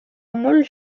mole